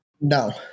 No